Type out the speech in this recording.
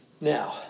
Now